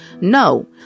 No